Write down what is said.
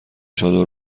چادر